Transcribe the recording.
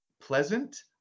pleasant